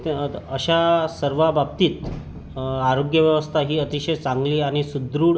अशा सर्वा बाबतीत आरोग्यव्यवस्था ही अतिशय चांगली आणि सुदृढ